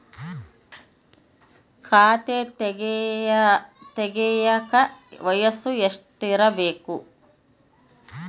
ಖಾತೆ ತೆಗೆಯಕ ವಯಸ್ಸು ಎಷ್ಟಿರಬೇಕು?